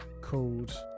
called